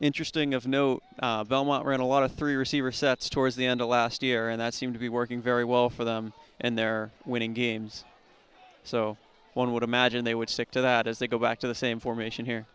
interesting of no belmont going a lot of three receiver sets towards the end of last year and that seemed to be working very well for them and their winning games so one would imagine they would stick to that as they go back to the same formation here